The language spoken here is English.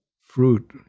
fruit